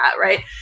right